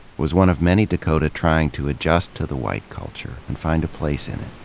was one of many dakota trying to adjust to the white culture and find a p lace in it.